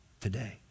today